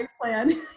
plan